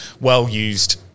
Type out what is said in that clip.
well-used